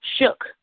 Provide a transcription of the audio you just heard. shook